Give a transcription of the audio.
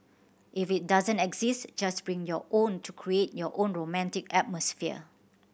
if it doesn't exist just bring your own to create your own romantic atmosphere